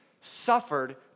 suffered